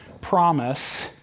promise